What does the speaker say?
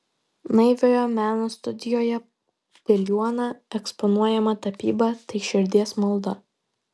naiviojo meno studijoje piliuona eksponuojama tapyba tai širdies malda